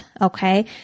okay